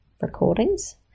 recordings